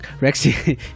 Rexy